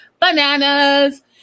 bananas